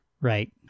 Right